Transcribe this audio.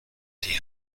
dear